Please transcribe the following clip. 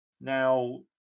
Now